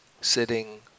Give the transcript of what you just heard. sitting